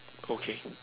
okay